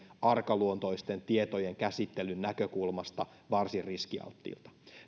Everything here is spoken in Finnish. arkaluontoisten tietojen käsittelyn näkökulmasta varsin riskialttiilta